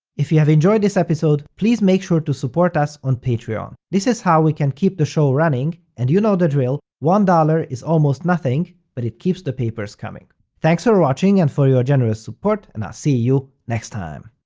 if you have enjoyed this episode, please make sure to support us on patreon. this is how we can keep the show running, and you know the drill, one dollar is almost nothing, but it keeps the papers coming. thanks for watching and for your generous support, and i'll see you next time!